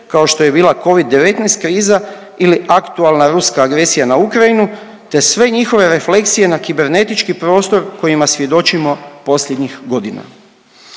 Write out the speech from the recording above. kao što je bila Covid-19 kriza ili aktualna ruska agresija na Ukrajinu te sve njihove refleksije na kibernetički prostor kojima svjedočimo posljednjih godina.